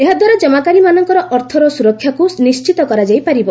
ଏହାଦ୍ୱାରା ଜମାକାରୀମାନଙ୍କର ଅର୍ଥର ସୁରକ୍ଷାକୁ ନିଶ୍ଚିତ କରାଯାଇ ପାରିବ